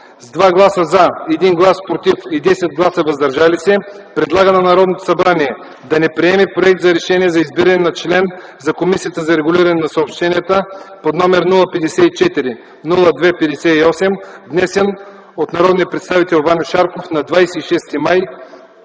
С 2 гласа „за”, 1 глас „против” и 10 гласа „въздържали се” предлага на Народното събрание да не приеме проект за Решение за избиране на член на Комисията за регулиране на съобщенията, № 054-02-58, внесен от народния представител Ваньо Шарков на 26 май